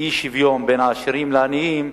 האי-שוויון בין עשירים לעניים,